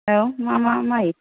औ मा मा माइ